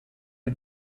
you